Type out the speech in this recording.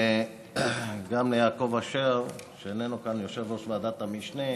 גם יעקב אשר, שאיננו כאן, יושב-ראש ועדת המשנה,